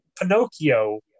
Pinocchio